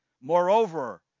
Moreover